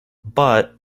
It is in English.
but